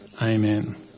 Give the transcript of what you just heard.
Amen